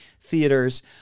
theaters